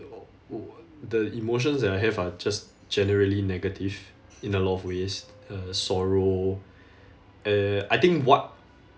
wh~ wh~ the emotions that I have are just generally negative in a lot of ways uh sorrow uh I think what